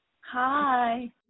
hi